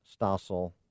Stossel